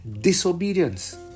disobedience